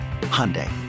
Hyundai